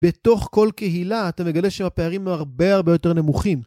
בתוך כל קהילה אתה מגלה שהפערים הרבה הרבה יותר נמוכים.